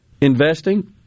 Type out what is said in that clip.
investing